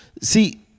See